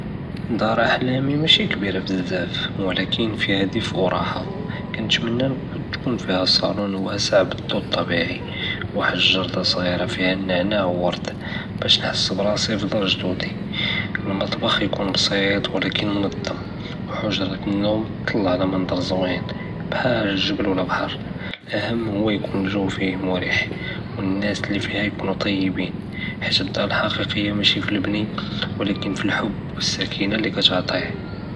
דאר אַחְלַאמִי מאשִי כְּבִירַא בּזַאפ, ולכּן פִיהַא דְפִי וּרַאחַא, כֻּנְתְמנַא תְכוּן פִיהַא צַאלוֹן וַאסַע בַּאלדּוּ נַטְרַאבִּי וּוַחְד גַארְדַא צְעַ׳ירַא פִיהַא נַעְנַאע וּוֻרְד, בּאש נְחס בּראסִי פדַאר גְ׳דוּדִי. אלמַטְבַּח יְכוּן בּסִיט ולכּן מֻנַטַּ׳ם וּחֻגְ׳רַה אֶלנוּם טַל עלא מַנְטַ׳ר זוִין בּחַאל גַ׳בַּל ולא בַּחְר, אלאַהַם הוּא יְכוּן פִיה אֶלג׳וּ מְרִיח וּאֶלנַאס לִי פִיהַא יְכוּנוּ טַיְבִּין, חִיתַאש אֶלדַּאר אֶלחַקִיקִיַה מאשִי פִי אֶלבְּנִי ולכּן פִי אֶלחְבּ וּאֶלסְּכִּינַה לִי כִּיתְעְטִיה.